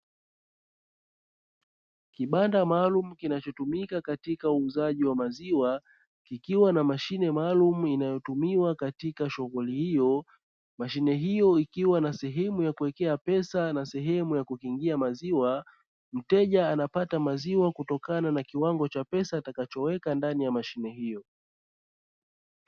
Kibanda maalumu kinachotumika katika uuzaji wa maziwa, kikiwa na mashine maalumu inayotumiwa katika shughuli hiyo. Mashine hiyo ikiwa na sehemu ya kuwekea pesa na sehemu ya kukingia maziwa; mteja anapata maziwa kutokana na kiwango cha pesa atakachoweka ndani ya mashine hiyo.